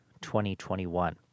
2021